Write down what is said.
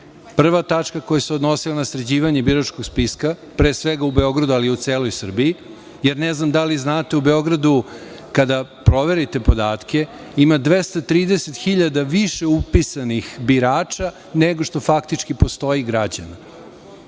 prva tačka koja se odnosila na sređivanje biračkog spiska, pre svega u Beogradu, ali i u celoj Srbiji, jer ne znam da li znate u Beogradu kada proverite podatke ima 230 hiljada više upisanih birača nego što faktički postoji građana.